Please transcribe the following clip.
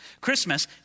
Christmas